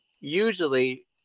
usually